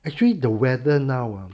actually the weather now ah